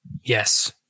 Yes